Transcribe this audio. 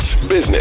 business